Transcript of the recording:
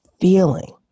feeling